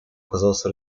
оказался